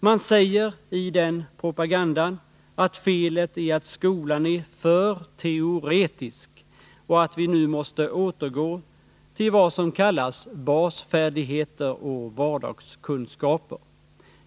Man säger i den propagandan att felet är att skolan är för teoretisk och att vi nu måste återgå till vad som kallas basfärdigheter och vardagskunskaper.